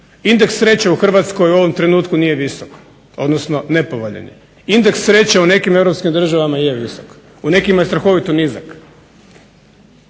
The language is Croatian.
indeks sreće u ovom trenutku nije visok, odnosno nepovoljan je, indeks sreće u nekim državama je visok, u nekim strahovito nizak,